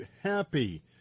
happy